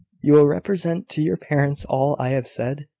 you will represent to your parents all i have said?